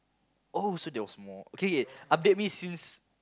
oh so there was more okay okay update me since